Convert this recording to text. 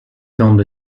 filmed